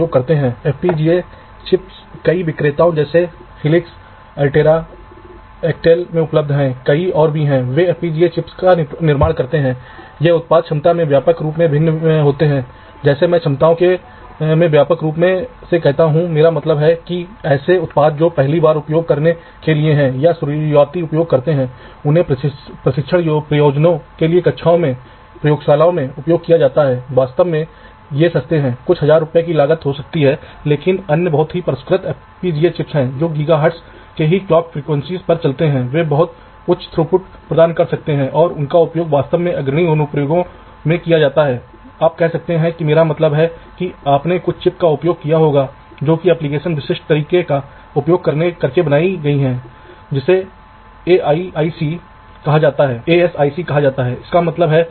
आप देखते हैं कि VDD कनेक्शन वे सभी इस बाईं वर्टिकल लेयर से जुड़े हैं और ग्राउंड कनेक्शन इस वर्टिकल लेयर से जुड़े हैं और हॉरिज़ॉन्टल कनेक्शन आमतौर पर 4 मेटल में होते हैं 4 या 5 में किसी में भी और कुछ स्थानों पर यदि आपको आवश्यक हो तो आप कुछ अतिरिक्त ऊर्ध्वाधर कनेक्शन भी जोड़ सकते हैं जैसे कि विभिन्न बिजली आपूर्ति बिंदुओं पर बाधाएं वे कम हो सकती हैं लेकिन यह फिर से वैकल्पिक है लेकिन मूल अवधारणा मैंने आपको बताया कि आप इसे इस तरह से फीड कर सकते हैं और जैसा कि आप देख सकते हैं कि बाईं तरफ के बिंदुओं में तारों को मोटा दिखाया गया है लेकिन जैसे जैसे हम सेल को चलाते हैं यह पतला हो गया है